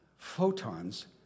Photons